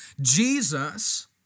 Jesus